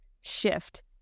shift